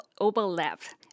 overlapped